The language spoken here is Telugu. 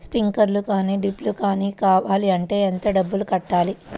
స్ప్రింక్లర్ కానీ డ్రిప్లు కాని కావాలి అంటే ఎంత డబ్బులు కట్టాలి?